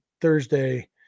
thursday